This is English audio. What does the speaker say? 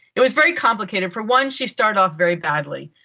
it was very complicated. for one, she started off very badly.